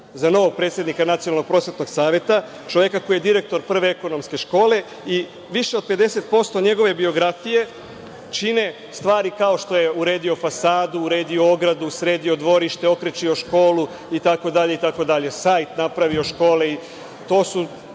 za novog predsednika Nacionalnog prosvetnog saveta, čoveka koji je direktor Prve ekonomske škole i više od 50% njegove biografije čine stvari kao što je: uredio fasadu, uredio ogradu, sredio dvorište, okrečio školu itd, napravio sajt škole itd. To su